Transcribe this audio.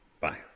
bye